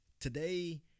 today